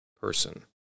person